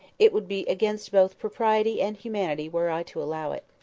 it would be against both propriety and humanity were i to allow it.